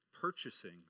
purchasing